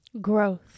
Growth